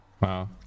wow